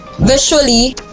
visually